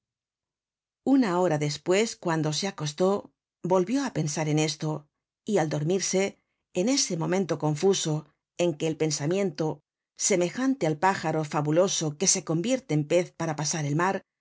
una hora despues cuando se acostó volvió á pensar en esto y al dormirse en ese momento confuso en que el pensamiento semejante al pájaro fabuloso que se convierte en pez para pasar el mar